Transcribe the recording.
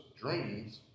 dreams